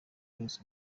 byose